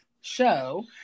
show